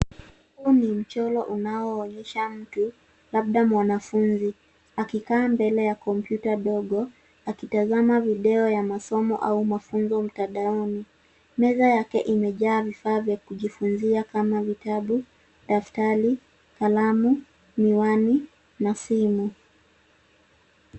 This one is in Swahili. Huu ni mchoro unaoonyesha mtu labda mwanafunzi akikaa mbele ya kompyuta ndogo akitazama video ya masomo au mafunzo mtandaoni. Meza yake imejaa vifaa vya kujifunzia kama vitabu, daftari, kalamu, miwani na simu.